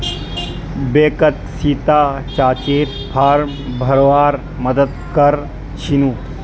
बैंकत सीता चाचीर फॉर्म भरवार मदद कर छिनु